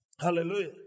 Hallelujah